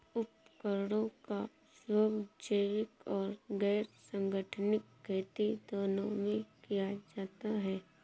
उपकरणों का उपयोग जैविक और गैर संगठनिक खेती दोनों में किया जाता है